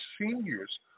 seniors